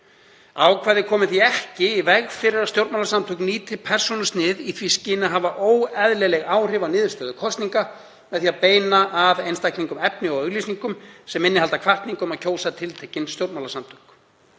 Ákvæðið komi því ekki í veg fyrir að stjórnmálasamtök nýti persónusnið í því skyni að hafa óeðlileg áhrif á niðurstöður kosninga með því að beina að einstaklingum efni og auglýsingum sem innihalda hvatningu um að kjósa tiltekin stjórnmálasamtök.